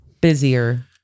busier